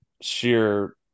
sheer